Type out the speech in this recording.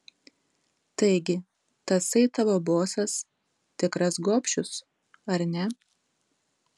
taigi tasai tavo bosas tikras gobšius ar ne